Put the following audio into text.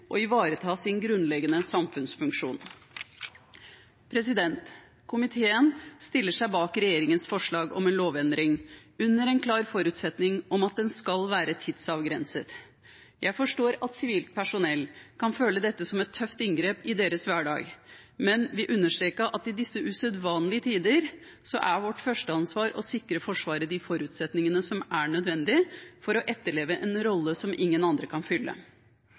og ivareta sin grunnleggende samfunnsfunksjon. Komiteen stiller seg bak regjeringens forslag om en lovendring under en klar forutsetning av at den skal være tidsavgrenset. Jeg forstår at sivilt personell kan føle dette som et tøft inngrep i deres hverdag, men vil understreke at i disse usedvanlige tider er vårt førsteansvar å sikre Forsvaret de forutsetningene som er nødvendige for å etterleve en rolle som ingen andre kan fylle.